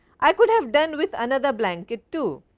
i could have done with another blanket too.